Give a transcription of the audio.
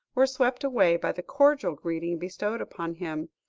were swept away by the cordial greeting bestowed upon him,